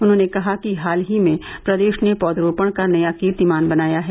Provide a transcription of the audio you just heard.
उन्होंने कहा कि हाल ही में प्रदेश ने पौधरोपण का नया कीर्तिमान बनाया है